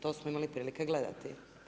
To smo imali prilike gledati.